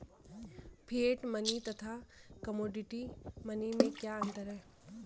Fiat money तथा commodity money में क्या अंतर है?